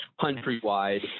country-wide